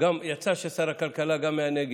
יצא ששר הכלכלה גם מהנגב,